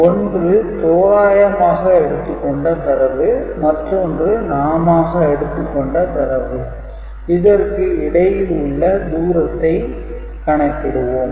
ஒன்று தோராயமாக எடுத்துக் கொண்ட தரவு மற்றொன்று நாமாக எடுத்துக்கொண்ட தரவு இதற்கு இடையில் உள்ள குறைந்த தூரத்தை கணக்கிடுவோம்